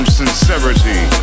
sincerity